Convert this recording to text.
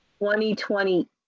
2020